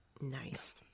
Nice